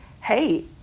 hey